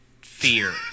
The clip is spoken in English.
Fear